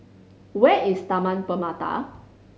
where is Taman Permata